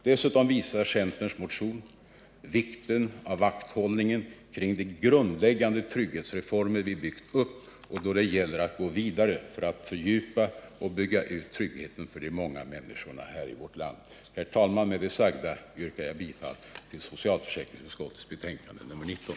Dessutom visar centerns motion vikten av vakthållningen kring de grundläggande trygghetsreformer som vi byggt upp och av att gå vidare då det gäller att fördjupa och bygga ut tryggheten för de många människorna i vårt land. Herr talman! Med det sagda yrkar jag bifall till socialförsäkringsutskottets hemställan i dess betänkande nr 19.